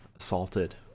assaulted